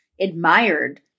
admired